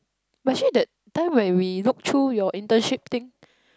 but actually that time when we look through your internship thing